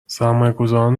سرمایهگذاران